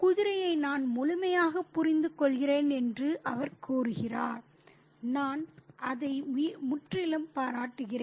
குதிரையை நான் முழுமையாக புரிந்துகொள்கிறேன் என்று அவர் கூறுகிறார் நான் அதை முற்றிலும் பாராட்டுகிறேன்